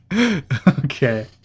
Okay